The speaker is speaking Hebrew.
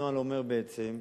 בעצם,